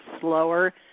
slower